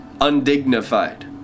Undignified